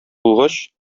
булгач